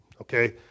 okay